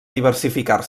diversificar